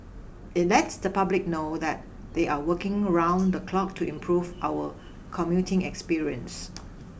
it lets the public know that they are working round the clock to improve our commuting experience